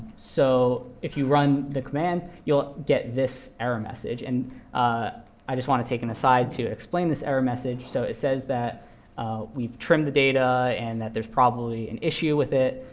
so if you run the command, you'll get this error message. and i just want to take an aside to explain this error message. so it says that we've trimmed the data, and that there's probably an issue with it.